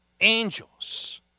Angels